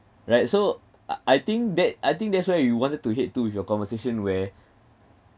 right so ah I think that I think that's where you wanted to head to with your conversation where